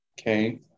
Okay